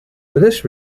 this